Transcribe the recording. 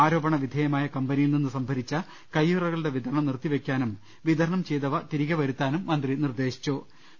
ആരോപണ വിധേയമായ കമ്പനി യിൽ നിന്ന് സംഭരിച്ച കൈയ്യുറകളുടെ വിതരണം നിർത്തിവെക്കാനും വിത രണം ചെയ്തവ തിരികെ വരുത്താനും മന്ത്രി നിർദ്ദേശിച്ചിട്ടുണ്ട്